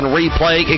replay